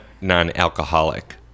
non-alcoholic